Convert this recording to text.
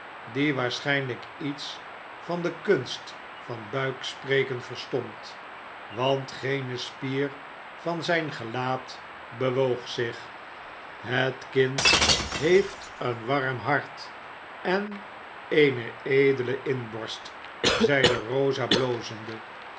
die waarschijnlijk iets van de kunst van buikspreken verstond want geene spier van zijn gelaat bewoog zich het kind heeft een warm hart en eene edele inborst zeide rosa blozende